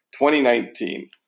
2019